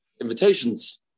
invitations